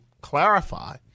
clarify